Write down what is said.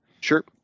Sure